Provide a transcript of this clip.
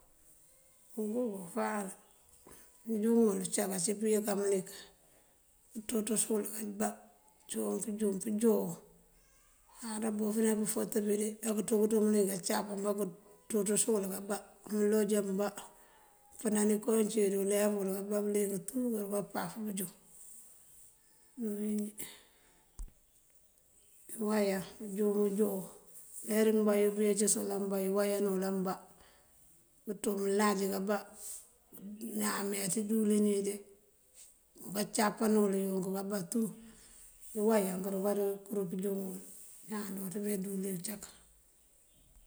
Uguk fáal pëënjúŋul uncak ací pëyënkan mëlik këënţútës uwul bá, cíwun pëënjúŋ pëënjon. Káaţa bofëna pëëfët pí, ajá këënţú këënţú mëlik cápan mbá këënţútës uwul kabá. Mëëlooj mbá, këëmpënani kooncí dí ulef uwël kábá bëliyëng tú kúruka paf pënjúŋ ţí bínjí. bëëwáyan bëënjúŋur bëënjon. Uler uwí mbá pëyecës ambá këwáyan wël mbá këënţú mëlaj kábá. Iñaan meeţ indíwëlin iyi de, ba cápan wël unk kábá tú. Këwáyan kúrunká kúur pëënjuŋ, iñaan jooţ me ndíwëlin uncak.